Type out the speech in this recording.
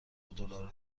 دلار